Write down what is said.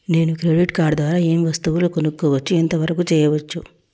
నేను credit card ద్వారా ఏం వస్తువులు కొనుక్కోవచ్చు ఎంత వరకు చేయవచ్చు?